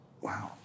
Wow